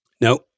No